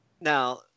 Now